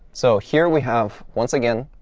so here we have, once again,